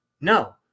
No